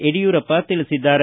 ಯಡಿಯೂರಪ್ಪ ತಿಳಿಸಿದ್ದಾರೆ